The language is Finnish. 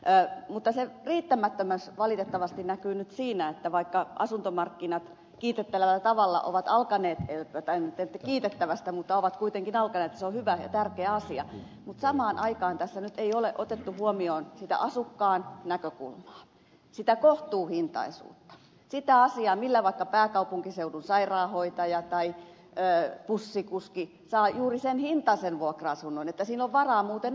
mutta se riittämättömyys valitettavasti näkyy nyt siinä että vaikka asuntomarkkinat kiitettävällä tavalla ovat alkaneet elpyä tai ei nyt ehkä kiitettävästi mutta ovat kuitenkin alkaneet ja se on hyvä ja tärkeä asia samaan aikaan tässä ei ole otettu huomioon sitä asukkaan näkökulmaa sitä kohtuuhintaisuutta sitä asiaa millä vaikkapa pääkaupunkiseudun sairaanhoitaja tai bussikuski saa juuri sen hintaisen vuokra asunnon että siinä on varaa muuten asuakin